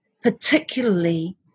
particularly